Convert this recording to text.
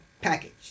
package